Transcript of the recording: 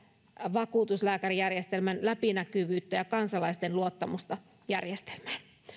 vakuutuslääkärijärjestelmän läpinäkyvyyttä ja kansalaisten luottamusta järjestelmään